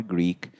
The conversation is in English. Greek